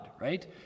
right